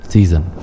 Season